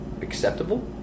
acceptable